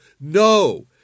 No